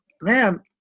man